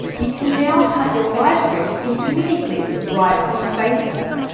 you can now cut your live streams into mini clips right from facebook.